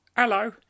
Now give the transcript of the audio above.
Hello